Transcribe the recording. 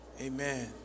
Amen